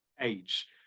age